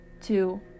two